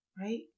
right